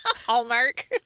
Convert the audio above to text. Hallmark